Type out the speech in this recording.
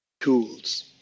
tools